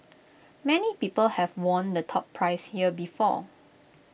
many people have won the top prize here before